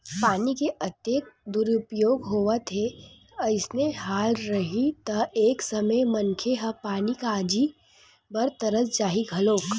पानी के अतेक दुरूपयोग होवत हे अइसने हाल रइही त एक समे मनखे ह पानी काजी बर तरस जाही घलोक